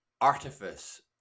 artifice